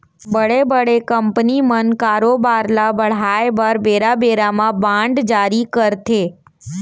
बड़े बड़े कंपनी मन कारोबार ल बढ़ाय बर बेरा बेरा म बांड जारी करथे